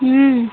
हूँ